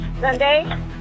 Sunday